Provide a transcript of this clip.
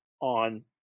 on